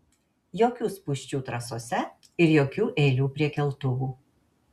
jokių spūsčių trasose ir jokių eilių prie keltuvų